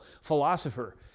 philosopher